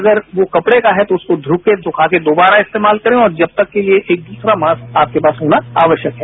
अगर वो कपड़े का है तो उसे धोकर सुखाकर दोबारा इस्तेमाल करें और जब तक के लिए एक दूसरा मास्क आपके पास होना आवश्यक है